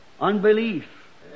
unbelief